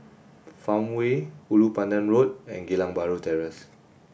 Farmway Ulu Pandan Road and Geylang Bahru Terrace